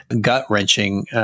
gut-wrenching